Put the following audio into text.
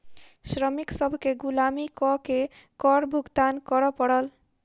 श्रमिक सभ केँ गुलामी कअ के कर भुगतान करअ पड़ल